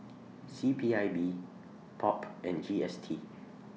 C P I B POP and G S T